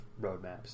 roadmaps